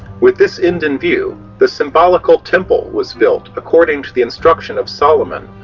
with this end in view the symbolical temple was built according to the instruction of solomon,